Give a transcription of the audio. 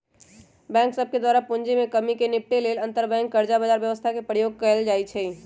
bank सभके द्वारा पूंजी में कम्मि से निपटे लेल अंतरबैंक कर्जा बजार व्यवस्था के प्रयोग कएल जाइ छइ